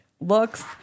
looks